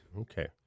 Okay